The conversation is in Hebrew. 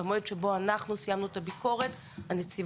במועד שבו אנחנו סיימנו את הביקורת הנציבות